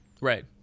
Right